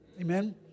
Amen